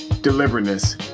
deliberateness